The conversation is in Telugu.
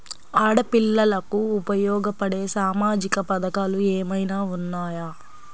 ఆడపిల్లలకు ఉపయోగపడే సామాజిక పథకాలు ఏమైనా ఉన్నాయా?